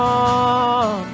on